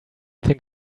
think